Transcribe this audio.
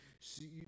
see